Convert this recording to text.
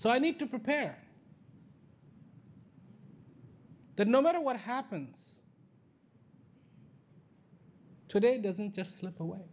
so i need to prepare the no matter what happens today doesn't just slip away